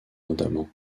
notamment